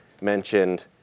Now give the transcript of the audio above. mentioned